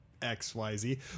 XYZ